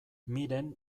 miren